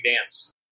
dance